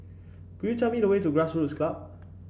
could you tell me the way to Grassroots Club